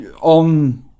on